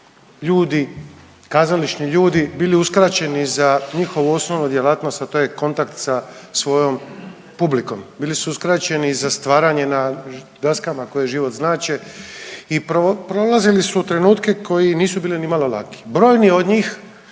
ljudi, kazališni ljudi bili uskraćeni za njihovu osnovnu djelatnost, a to je kontakt sa svojom publikom, bili su uskraćeni za stvaranje na daskama koje život znače i prolazili su trenutke koji nisu bili nimalo laki, brojni od njih